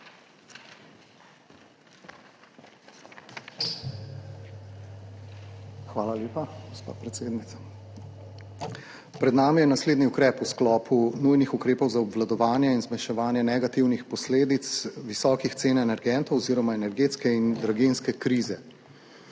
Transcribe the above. Hvala lepa, gospa predsednica. Pred nami je naslednji ukrep v sklopu nujnih ukrepov za obvladovanje in zmanjševanje negativnih posledic visokih cen energentov oziroma energetske in draginjske krize.